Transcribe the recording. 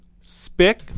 spick